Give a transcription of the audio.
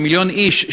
כמיליון איש,